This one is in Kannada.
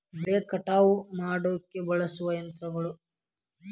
ಬೆಳಿನ ಕಟಾವ ಮಾಡಾಕ ಬಳಸು ಯಂತ್ರಗಳು